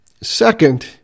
Second